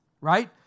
right